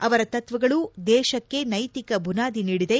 ಅವರ ತತ್ವಗಳು ದೇಶಕ್ಕೆ ನೈತಿಕ ಬುನಾದಿ ನೀಡಿದೆ